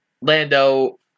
Lando